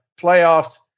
playoffs